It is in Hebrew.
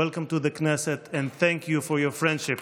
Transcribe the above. welcome to the Knesset and thank you for your friendship.